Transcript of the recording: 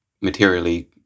materially